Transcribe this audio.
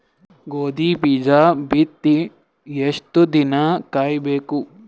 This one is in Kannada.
ಗೋಧಿ ಬೀಜ ಬಿತ್ತಿ ಎಷ್ಟು ದಿನ ಕಾಯಿಬೇಕು?